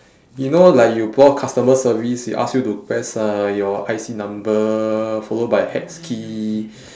you know like you call customer service they ask you to press uh your I_C number followed by hex key